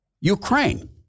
Ukraine